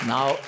Now